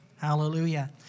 Hallelujah